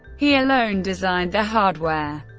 he alone designed the hardware,